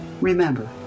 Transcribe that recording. Remember